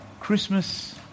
Christmas